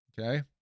Okay